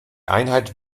einheit